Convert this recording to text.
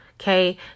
okay